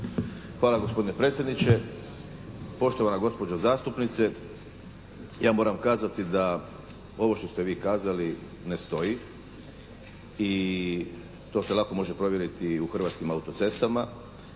hvala gospodine predsjedniče. Poštovana gospođo zastupnice, ja moram kazati da ovo što ste vi kazali ne stoji. I to se lako može provjeriti u Hrvatskim autocestama